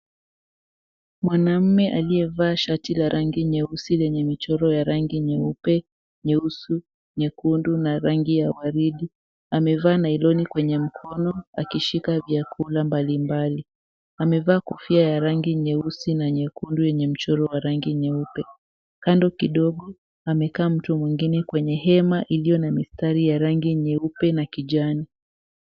Mwanaume aliyevaa shati la rangi nyeusi lenye michoro ya rangi nyeupe, nyeusi, nyekundu na rangi ya waridi, amevaa nyloni kwenye mkono akishika vyakula mbalimbali. Amevaa kofia ya rangi nyeusi na nyekundu yenye michoro wa rangi nyeupe. Kando kidogo, amekaa mtu mwengine kwenye hema iliyo na mistari nyeupe na kijani.